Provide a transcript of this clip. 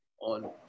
on